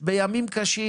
בימים קשים.